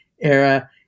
era